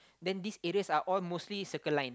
then these areas are all mostly Circle Line